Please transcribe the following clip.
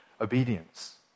obedience